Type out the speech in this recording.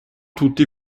tutti